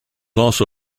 also